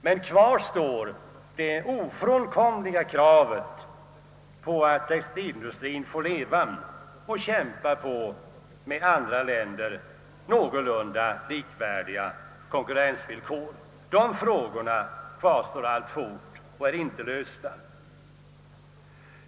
Men kvar står det ofrånkomliga kravet att textilindustrien skall få leva och kämpa på konkurrensvillkor som är någorlunda likvärdiga med dem som gäller för motsvarande industri i andra länder. Problemen härvidlag är alltfort olösta.